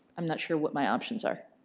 i'm not sure what my options are.